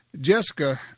Jessica